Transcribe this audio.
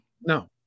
no